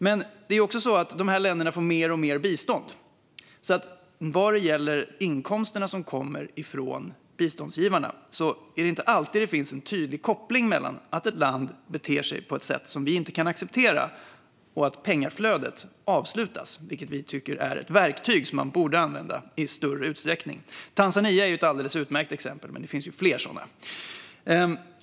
Men det är också så att dessa länder får mer och mer bistånd. Vad gäller de inkomster som kommer från biståndsgivarna är det inte alltid det finns en tydlig koppling mellan att ett land beter sig på ett sätt som vi inte kan acceptera och att pengaflödet avslutas, vilket vi tycker är ett verktyg som man borde använda i större utsträckning. Tanzania är ett alldeles utmärkt exempel, men det finns fler.